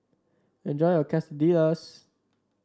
enjoy your Quesadillas